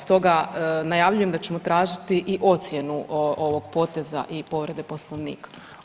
Stoga najavljujem da ćemo tražiti i ocjenu ovog poteza i povrede Poslovnika.